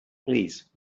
please